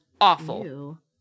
awful